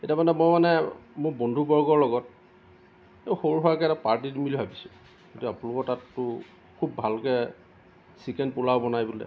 এতিয়া মানে মই মানে মোৰ বন্ধুবৰ্গৰ লগত এই সৰু সুৰাকৈ এটা পাৰ্টি দিম বুলি ভাবিছোঁ কিন্তু আপোনলোকৰ তাতটো খুব ভালকৈ চিকেন পোলাও বনাই বোলে